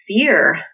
fear